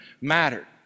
mattered